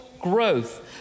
growth